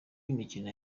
imikino